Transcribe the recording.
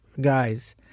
guys